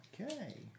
Okay